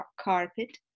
carpet